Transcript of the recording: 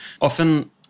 Often